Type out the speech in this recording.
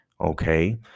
Okay